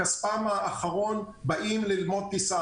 ומכספם האחרון באים ללמוד טיסה.